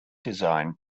design